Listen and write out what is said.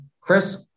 Chris